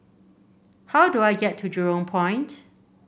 how do I get to Jurong Point